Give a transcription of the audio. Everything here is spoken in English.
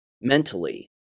mentally